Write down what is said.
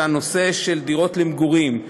זה הנושא של דירות למגורים.